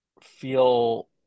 feel